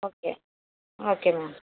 okay okay ma'am